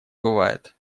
бывает